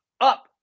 up